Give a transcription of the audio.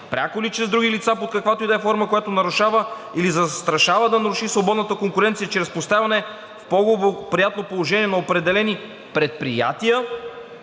пряко или чрез други лица под каквато и да е форма, която нарушава или застрашава да наруши свободната конкуренция чрез поставяне в по-благоприятно положение на определени предприятия“,